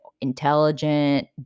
intelligent